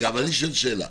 אני שואל שאלה.